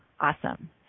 Awesome